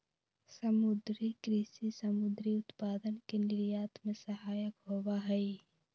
समुद्री कृषि समुद्री उत्पादन के निर्यात में सहायक होबा हई